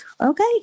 okay